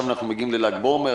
עכשיו אנחנו מגיעים לל"ג בעומר,